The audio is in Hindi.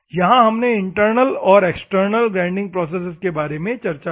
यहाँ हमने इंटरनल और एक्सटर्नल ग्राइंडिंग प्रोसेसेज के बारे में चर्चा की